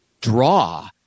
draw